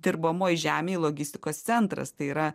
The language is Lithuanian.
dirbamoj žemėj logistikos centras tai yra